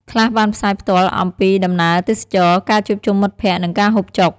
ខ្លះបានផ្សាយផ្ទាល់ អំពីដំណើរទេសចរណ៍ ការជួបជុំមិត្តភក្តិ និងការហូបចុក។